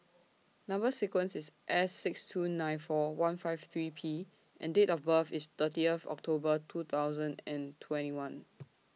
Number sequence IS S six two nine four one five three P and Date of birth IS thirtieth October two thousand and twenty one